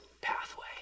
pathway